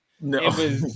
no